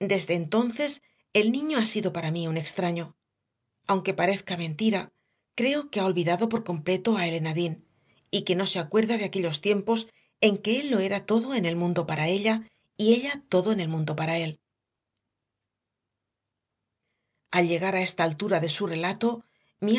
desde entonces el niño ha sido para mí un extraño aunque parezca mentira creo que ha olvidado por completo a elena dean y que no se acuerda de aquellos tiempos en que él lo era todo en el mundo para ella y ella todo en el mundo para él al llegar a esta altura de su relato